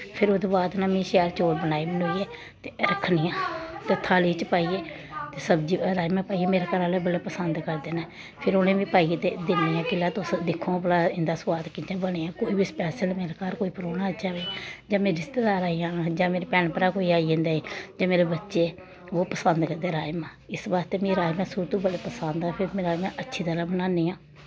फिर ओह्दे बाद ना में शैल चौल बनाई बनुइयै ते रक्खनी आं ते थाली च पाइयै ते राजमा पाइयै मेरे घरै आह्ले बड़ा पसंद करदे न फिर उ'नें में पाइयै दिन्नी आं के तुस दिक्खो हां भला इं'दा सोआद कियां बनेआ ऐ कोई बी स्पैशल मेरे घर परौह्ना आई जाए जां मेरे रिश्तेदार आई जान जां मेरे भैन भ्राऽ कोई आई आई जंदे जां मेरे बच्चे ओह् पसंद करदे राजमा इस बास्तै मीं राजमा शुरू तू पसंद न फिर में राजमा अच्छी तरह् बनानी आं